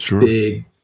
big